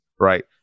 right